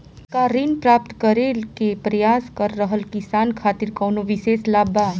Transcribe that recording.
का ऋण प्राप्त करे के प्रयास कर रहल किसान खातिर कउनो विशेष लाभ बा?